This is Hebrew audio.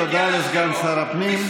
תודה לסגן שר הפנים.